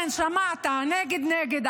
--- כן, שמעת: נגד, נגד.